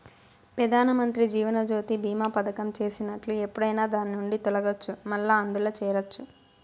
పెదానమంత్రి జీవనజ్యోతి బీమా పదకం చేసినట్లు ఎప్పుడైనా దాన్నిండి తొలగచ్చు, మల్లా అందుల చేరచ్చు